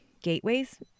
gateways